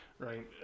Right